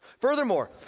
Furthermore